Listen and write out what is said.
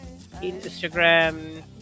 Instagram